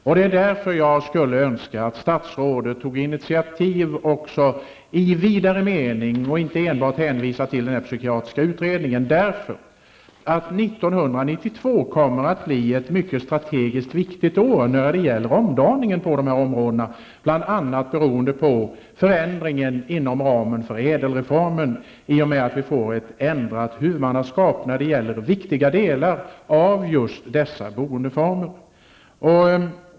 Jag skulle därför önska att statsrådet tog initiativ i en vidare mening och inte enbart hänvisar till psykiatriutredningen. 1992 kommer att bli ett stragegiskt mycket viktigt år när det gäller omdaningen på dessa områden, bl.a. beroende på förändringarna inom ramen för ÄDEL-reformen i och med att vi får ett ändrat huvudmannaskap beträffande väsentliga delar av just dessa boendeformer.